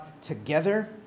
together